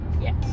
Yes